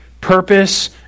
purpose